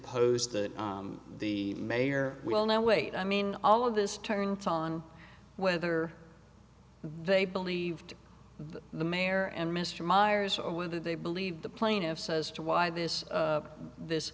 pose that the mayor will now wait i mean all of this turns on whether they believed the mayor and mr myers or whether they believe the plaintiff says to why this this